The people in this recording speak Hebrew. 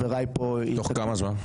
תוך כמה זמן?